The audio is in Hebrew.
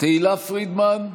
תהלה פרידמן,